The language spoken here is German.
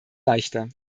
leichter